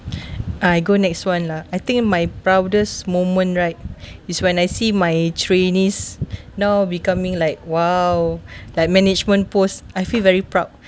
I go next [one] lah I think my proudest moment right is when I see my trainees now becoming like !wow! like management post I feel very proud